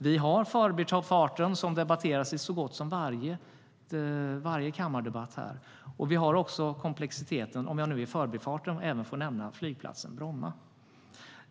Det gäller Förbifarten, som debatteras i så gott som varje kammardebatt. Vi har också komplexiteten, om jag i förbifarten får nämna Bromma flygplats.